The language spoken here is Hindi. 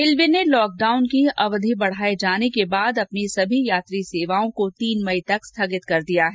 रेलवे ने लॉक डाउन की अवधि बढाये जाने के बाद अपनी सभी यात्री सेवाओं को तीन मई तक स्थगित कर दिया है